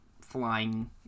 flying